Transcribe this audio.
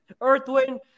Earthwind